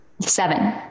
Seven